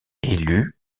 élu